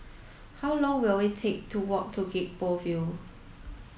how long will it take to walk to Gek Poh Ville